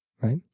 Right